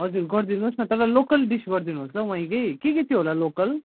हजुर गरिदिनु होस् न तर लोकल डिस गरिदिनु होस् ल वहीँकै के के थियो होला लोकल